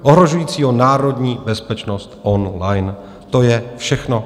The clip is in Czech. Ohrožujícího národní bezpečnost online, to je všechno.